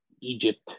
Egypt